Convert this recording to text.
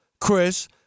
Chris –